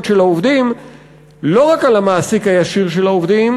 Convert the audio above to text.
של העובדים לא רק על המעסיק הישיר של העובדים,